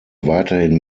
weiterhin